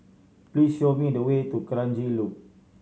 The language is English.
please show me the way to Kranji Loop